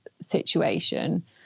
situation